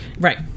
Right